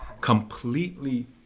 completely